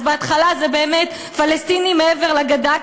אז בהתחלה זה באמת פלסטינים מעבר לגדר,